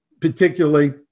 particularly